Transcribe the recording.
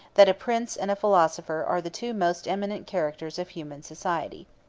that a prince and a philosopher are the two most eminent characters of human society.